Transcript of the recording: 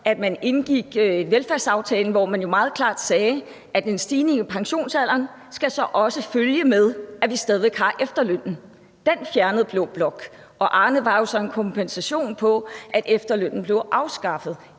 at man indgik velfærdsaftalen, hvor man jo meget klart sagde, at en stigning i pensionsalderen så også skulle følges af, at vi stadig væk havde efterlønnen. Den fjernede blå blok, og Arnepensionen var så en kompensation for, at efterlønnen blev afskaffet,